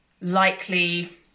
likely